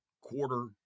quarter